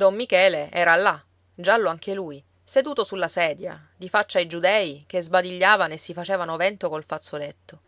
don michele era là giallo anche lui seduto sulla sedia di faccia ai giudei che sbadigliavano e si facevano vento col fazzoletto